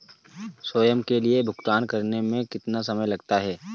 स्वयं के लिए भुगतान करने में कितना समय लगता है?